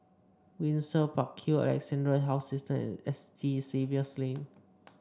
Windsor Park Hill Alexandra Health System and S T Xavier's Lane